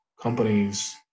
companies